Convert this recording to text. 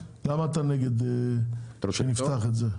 למה אתה נגד לפתוח את זה מחדש?